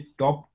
top